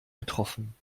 getroffen